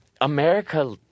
America